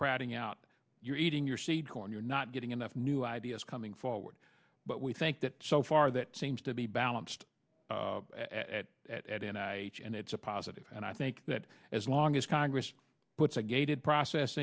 crowding out you're eating your seed corn you're not getting enough new ideas coming forward but we think that so far that seems to be balanced and it's a positive and i think that as long as congress puts a gated process